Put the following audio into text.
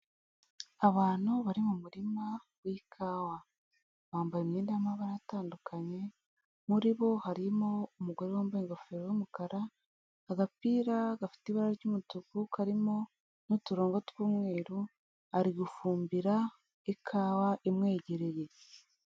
Abantu bari mu murima w'ikawa. Bambaye imyenda y'amabara atandukanye, muri bo harimo umugore wambaye ingofero y'umukara, agapira gafite ibara ry'umutuku, karimo n'uturongo tw'umweru, ari gufumbira ikawa imwegereye.